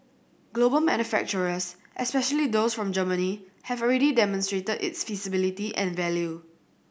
global manufacturers especially those from Germany have already demonstrated its feasibility and value